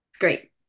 Great